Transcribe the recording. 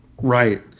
Right